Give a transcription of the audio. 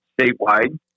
statewide